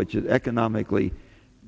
which is economically